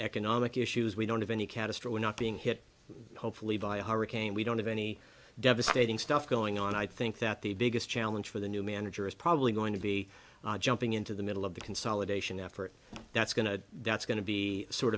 economic issues we don't have any catastrophic not being hit hopefully by a hurricane we don't have any devastating stuff going on i think that the biggest challenge for the new manager is probably going to be jumping into the middle of the consolidation effort that's going to that's going to be sort